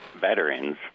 veterans